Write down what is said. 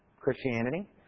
Christianity